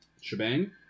shebang